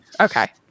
Okay